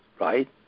right